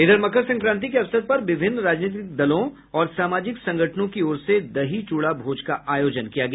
इधर मकर संक्रांति के अवसर पर विभिन्न राजनीतिक दलों और सामाजिक संगठनों की ओर से दही चूड़ा भोज का आयोजन किया गया